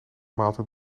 maaltijd